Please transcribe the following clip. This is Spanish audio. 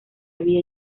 había